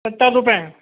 ستّر روپئے